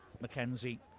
Mackenzie